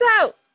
out